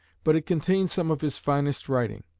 but it contains some of his finest writing.